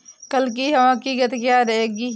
कल की हवा की गति क्या रहेगी?